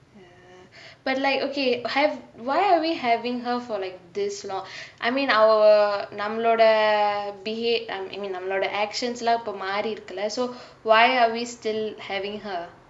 but like okay hav~ why are we having her for like this long I mean our நம்மளோடே:nammalodae behav~ I mean நம்மளோடே:nammelodae actions லா இப்பே மாரி இருக்குலே:laa ippae maari irukulae so why are we still having her